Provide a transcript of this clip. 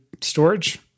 storage